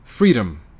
freedom